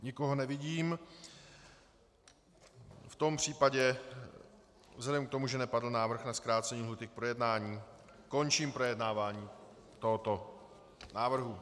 Nikoho nevidím, v tom případě vzhledem k tomu, že nepadl návrh na zkrácení lhůty k projednání, končím projednávání tohoto návrhu.